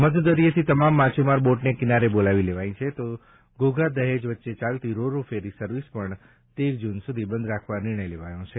મધદરિયેથી તમામ માછીમાર બોટને કિનારે બોલાવી લેવાઇ છે તો ઘોઘા દહેજ વચ્ચે ચાલતી રો રો ફેરી સર્વિસ પણ અગિયારથી તેર જુન બંધ રાખવા નિર્ણય લેવાયો છે